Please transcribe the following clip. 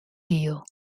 giel